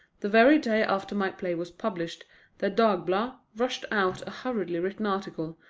the very day after my play was published the dagblad rushed out a hurriedly-written article,